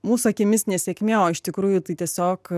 mūsų akimis nesėkmė o iš tikrųjų tai tiesiog